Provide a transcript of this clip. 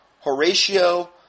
Horatio